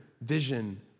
vision